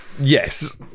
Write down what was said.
Yes